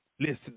Listen